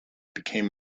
became